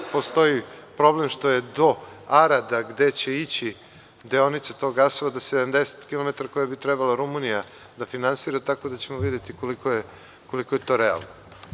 Postoji problem što je do Arada, gde će ići deonica tog gasovoda, 70 km koje bi trebalo Rumunija da finansira, tako da ćemo videti koliko je to realno.